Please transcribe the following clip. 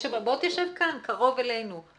למשרד להגנת הסביבה יש לו מגוון יכולות בחוץ של